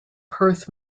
perth